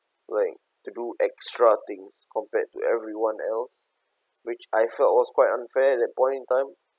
like to do extra things compared to everyone else which I felt was quite unfair that point in time